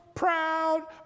proud